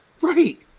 Right